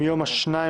היום יום שלישי,